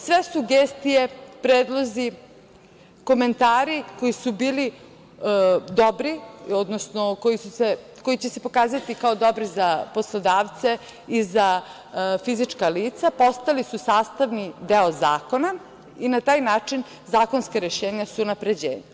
Sve sugestije, predlozi, komentari koji su bili dobri, odnosno koji će se pokazati kao dobri za poslodavce i za fizička lica postali su sastavni deo zakona i na taj način zakonska rešenja su unapređena.